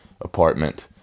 apartment